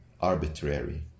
arbitrary